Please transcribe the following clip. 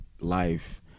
life